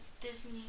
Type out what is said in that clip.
Disney